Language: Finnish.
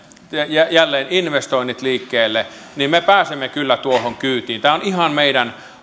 jälleen investoinnit liikkeelle niin me pääsemme kyllä tuohon kyytiin tämä on ihan meidän